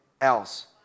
else